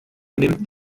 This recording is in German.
nimmt